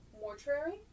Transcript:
mortuary